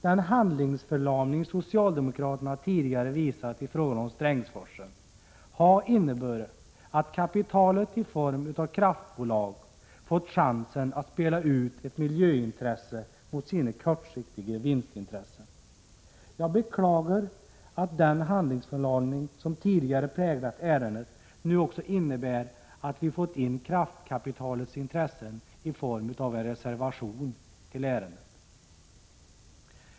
Den handlingsförlamning socialdemokraterna tidigare visat i fråga om Strängsforsen har inneburit att kapitalet i form av kraftbolag fått chansen att spela ut ett miljöintresse mot sina kortsiktiga vinstintressen. Jag beklagar att den handlingsförlamning som tidigare präglat ärendet nu också innebär att vi fått in kraftkapitalets intressen i form av en reservation i ärendet.